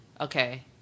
okay